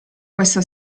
questa